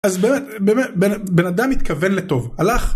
אז באמת, באמת, בן אדם מתכוון לטוב, הלך.